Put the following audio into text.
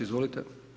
Izvolite.